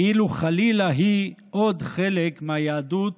כאילו חלילה היא עוד חלק מהיהדות